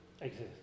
exist